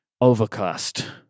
overcast